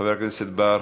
חבר הכנסת בר,